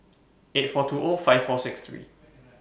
eight four two five four six three